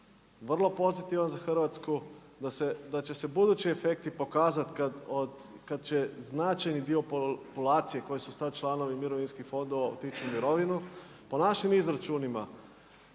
vrlo pozitivan za Hrvatsku da se, da će se budući efekti pokazati kada će značajni dio populacije koji su sada članovi mirovinskih fondova otići u mirovinu. Po našim izračunima